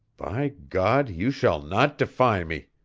by god, you shall not defy me